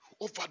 over